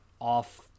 off-